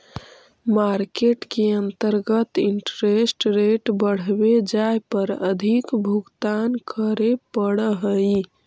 market के अंतर्गत interest rate बढ़वे जाए पर अधिक भुगतान करे पड़ऽ हई